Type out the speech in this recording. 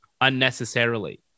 unnecessarily